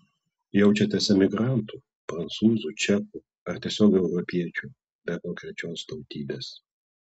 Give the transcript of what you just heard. jaučiatės emigrantu prancūzu čeku ar tiesiog europiečiu be konkrečios tautybės